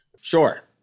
Sure